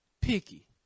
picky